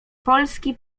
polski